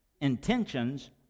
Intentions